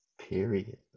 Period